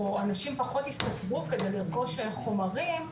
או אנשים פחות יסתכנו כדי לרכוש חומרים,